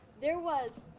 there was,